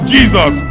Jesus